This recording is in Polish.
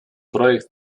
projekt